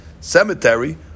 cemetery